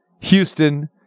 Houston